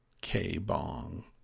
K-Bong